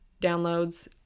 downloads